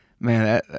Man